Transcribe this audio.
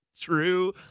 True